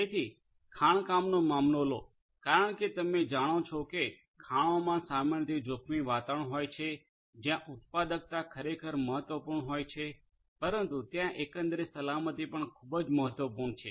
તેથી ખાણકામનો મામલો લો કારણ કે તમે જાણો છો કે ખાણોમા સામાન્ય રીતે જોખમી વાતાવરણ હોય છે જ્યાં ઉત્પાદકતા ખરેખર મહત્વપૂર્ણ હોય છે પરંતુ ત્યાં એકંદરે સલામતી પણ ખૂબ જ મહત્વપૂર્ણ છે